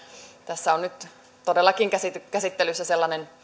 tässä on nyt todellakin käsittelyssä käsittelyssä sellainen